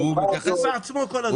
לא השאירו לנו כלום.